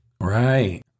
Right